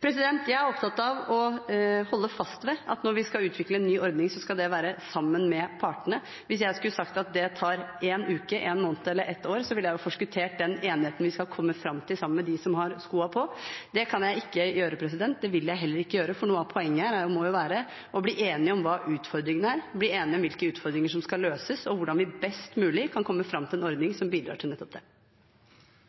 Jeg er opptatt av å holde fast ved at når vi skal utvikle en ny ordning, skal det være sammen med partene. Hvis jeg skulle sagt at det tar én uke, én måned eller ett år, ville jeg ha forskuttert den enigheten vi skal komme fram til sammen med dem som har skoa på. Det kan jeg ikke gjøre. Det vil jeg heller ikke gjøre, for noe av poenget må jo være å bli enige om hva utfordringene er, bli enige om hvilke utfordringer som skal løses, og hvordan vi best mulig kan komme fram til en ordning som bidrar til nettopp det.